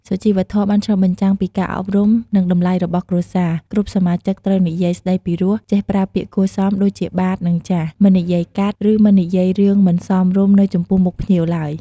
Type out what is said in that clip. សុជីវធម៌បានឆ្លុះបញ្ចាំងពីការអប់រំ និងតម្លៃរបស់គ្រួសារ គ្រប់សមាជិកត្រូវនិយាយស្ដីពីរោះ ចេះប្រើពាក្យគួរសម ដូចជាបាទ នឹង ចាស មិននិយាយកាត់ ឬមិននិយាយរឿងមិនសមរម្យនៅចំពោះមុខភ្ញៀវឡើយ។